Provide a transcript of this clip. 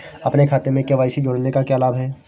अपने खाते में के.वाई.सी जोड़ने का क्या लाभ है?